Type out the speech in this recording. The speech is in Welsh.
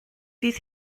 fydd